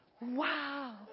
wow